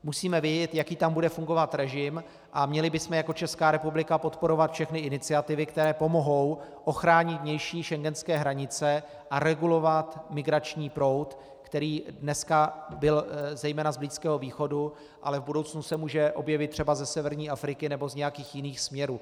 Musíme vědět, jaký tam bude fungovat režim, a měli bychom jako Česká republika podporovat všechny iniciativy, které pomohou ochránit vnější schengenské hranice a regulovat migrační proud, který dneska byl zejména z Blízkého východu, ale v budoucnu se může objevit třeba ze severní Afriky nebo nějakých jiných směrů.